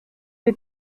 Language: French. les